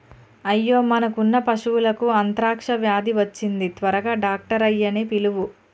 అయ్యో మనకున్న పశువులకు అంత్రాక్ష వ్యాధి వచ్చింది త్వరగా డాక్టర్ ఆయ్యన్నీ పిలువు